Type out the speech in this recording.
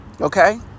okay